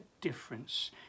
difference